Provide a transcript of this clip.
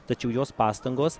tačiau jos pastangos